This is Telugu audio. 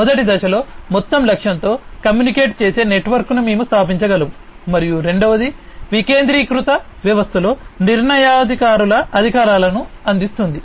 మొదటి దశలో మొత్తం లక్ష్యంతో కమ్యూనికేట్ చేసే నెట్వర్క్ను మేము స్థాపించగలము మరియు రెండవది వికేంద్రీకృత వ్యవస్థలో నిర్ణయాధికారులకు అధికారాన్ని అందిస్తుంది